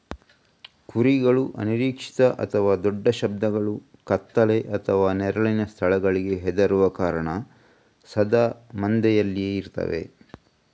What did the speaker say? ಕುರಿಗಳು ಅನಿರೀಕ್ಷಿತ ಅಥವಾ ದೊಡ್ಡ ಶಬ್ದಗಳು, ಕತ್ತಲೆ ಅಥವಾ ನೆರಳಿನ ಸ್ಥಳಗಳಿಗೆ ಹೆದರುವ ಕಾರಣ ಸದಾ ಮಂದೆಯಲ್ಲಿಯೇ ಇರ್ತವೆ